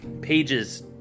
pages